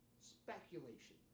speculation